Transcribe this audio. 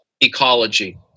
ecology